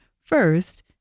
First